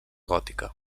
gòtica